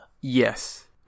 Yes